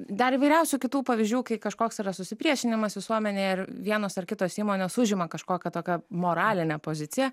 dar įvairiausių kitų pavyzdžių kai kažkoks yra susipriešinimas visuomenėje ir vienos ar kitos įmonės užima kažkokią tokią moralinę poziciją